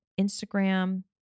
Instagram